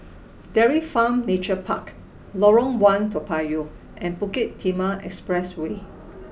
Dairy Farm Nature Park Lorong One Toa Payoh and Bukit Timah Expressway